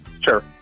Sure